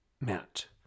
meant